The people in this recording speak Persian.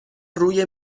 روی